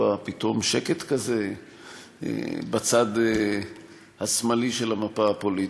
פתאום שקט כזה בצד השמאלי של המפה הפוליטית.